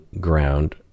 ground